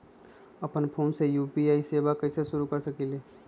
अपना फ़ोन मे यू.पी.आई सेवा कईसे शुरू कर सकीले?